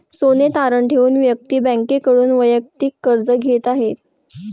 सोने तारण ठेवून व्यक्ती बँकेकडून वैयक्तिक कर्ज घेत आहे